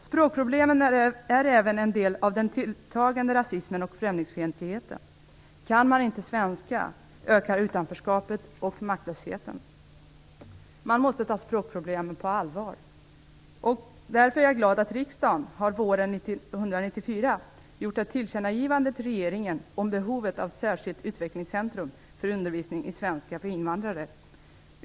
Språkproblemen är även en del av den tilltagande rasismen och främlingsfientligheten. För den som inte kan svenska ökar utanförskapet och maktlösheten. Man måste ta språkproblemen på allvar. Därför är jag glad för att riksdagen våren 1994 gjorde ett tillkännagivande till regeringen om behovet av ett särskilt utvecklingscentrum för undervisning i svenska för invandrare.